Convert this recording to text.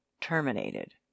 terminated